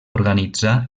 organitzà